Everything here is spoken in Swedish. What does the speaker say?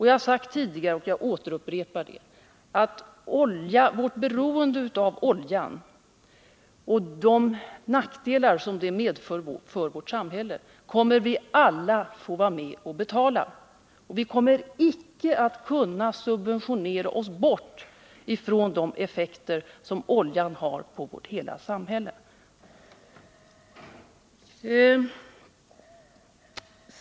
Jag har sagt tidigare, och upprepar det nu, att vårt beroende av oljan och de nackdelar som det medför för vårt samhälle kommer vi alla att få vara med om att betala. Vi kommer icke att kunna subventionera oss bort ifrån de effekter som oljan har på hela vårt samhälle.